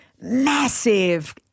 massive